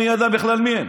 מי בכלל היה יודע מי הם?